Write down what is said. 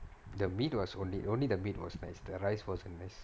the meat was onl~ only the meat was nice the rice wasn't nice